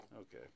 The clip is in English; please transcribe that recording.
Okay